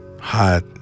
Hot